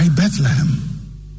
Bethlehem